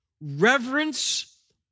reverence